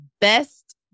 best